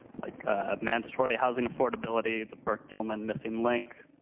like ah mandatory housing affordability, the but yeah um and missing link,